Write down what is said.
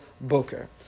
Boker